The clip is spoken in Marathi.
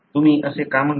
तुम्ही असे का म्हणता